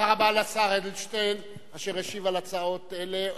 תודה רבה לשר אדלשטיין, אשר השיב על הצעות אלה.